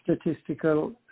statistical